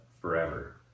forever